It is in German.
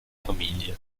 familie